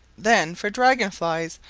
then for dragon-flies,